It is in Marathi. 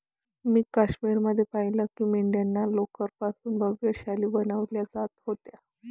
मी काश्मीर मध्ये पाहिलं की मेंढ्यांच्या लोकर पासून भव्य शाली बनवल्या जात होत्या